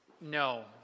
no